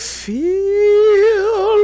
feel